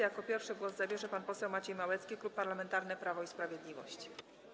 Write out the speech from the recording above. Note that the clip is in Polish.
Jako pierwszy głos zabierze pan poseł Maciej Małecki, Klub Parlamentarny Prawo i Sprawiedliwość.